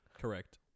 Correct